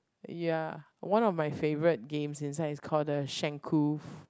ya one of my favourite games inside is called the Shenkuu